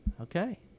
Okay